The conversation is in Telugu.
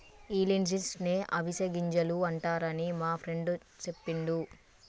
ఈ లిన్సీడ్స్ నే అవిసె గింజలు అంటారని మా ఫ్రెండు సెప్పిండు